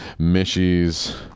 Mishy's